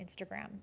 instagram